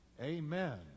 Amen